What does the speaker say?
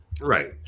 Right